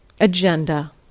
agenda